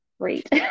great